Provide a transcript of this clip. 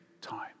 time